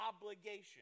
obligation